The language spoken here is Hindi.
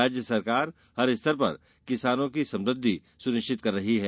राज्य सरकार हर स्तर पर किसानों की समुद्धि सुनिश्चित कर रही है